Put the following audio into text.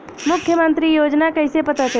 मुख्यमंत्री योजना कइसे पता चली?